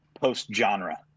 post-genre